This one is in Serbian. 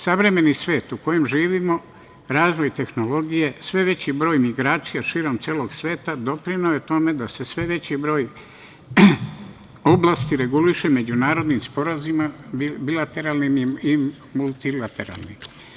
Savremeni svet u kojem živimo, razvoj tehnologije, sve veći broj migracija širom celog sveta doprineo je tome da se sve veći broj oblasti reguliše međunarodnim sporazumima, bilateralnim i multilateralnim.